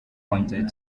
pointed